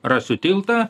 rasiu tiltą